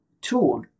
tool